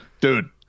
dude